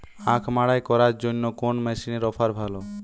আখ মাড়াই করার জন্য কোন মেশিনের অফার ভালো?